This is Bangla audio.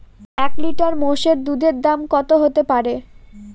এক লিটার মোষের দুধের দাম কত হতেপারে?